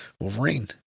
Wolverine